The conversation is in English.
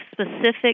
specific